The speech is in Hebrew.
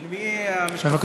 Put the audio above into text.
של מי המשקפיים?